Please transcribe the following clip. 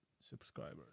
subscribers